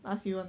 ask you [one]